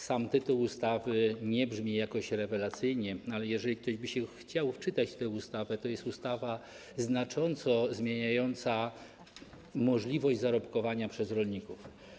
Sam tytuł ustawy nie brzmi jakoś rewelacyjnie, ale jeżeli ktoś by się chciał wczytać w tę ustawę, to jest ustawa znacząco zmieniająca możliwość zarobkowania przez rolników.